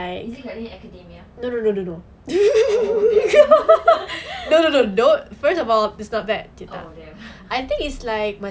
is it my hero academia oh damn oh damn